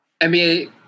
NBA